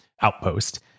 Outpost